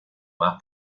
más